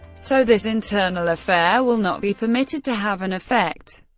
so this internal affair will not be permitted to have an effect.